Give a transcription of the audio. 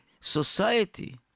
society